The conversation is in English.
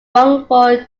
wrongful